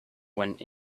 went